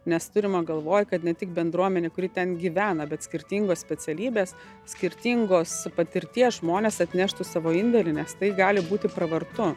nes turima galvoj kad ne tik bendruomenė kuri ten gyvena bet skirtingos specialybės skirtingos patirties žmonės atneštų savo indėlį nes tai gali būti pravartu